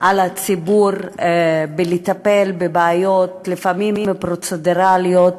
על הציבור לטפל בבעיות, לפעמים פרוצדורליות,